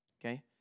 okay